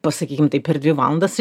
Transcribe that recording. pasakykim taip per dvi valandas